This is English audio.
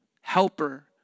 helper